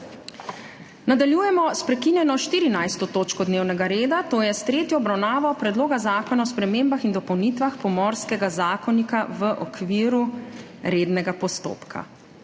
Nadaljujemo s prekinjeno 14. točko dnevnega reda, to je s tretjo obravnavo Predloga zakona o spremembah in dopolnitvah Pomorskega zakonika v okviru rednega postopka.